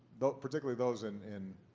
particularly those in in